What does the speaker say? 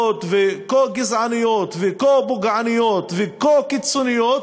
וכה גזעניות וכה פוגעניות וכה קיצונית